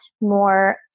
more